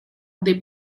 des